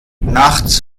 nachts